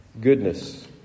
goodness